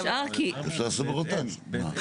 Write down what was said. לא,